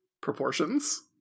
Proportions